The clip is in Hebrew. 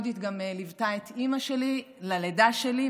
יהודית גם ליוותה את אימא שלי ללידה שלי,